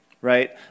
right